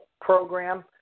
program